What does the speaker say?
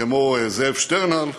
כמו זאב שטרנהל,